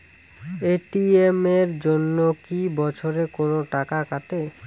ATM এর জন্যে কি বছরে কোনো টাকা কাটে?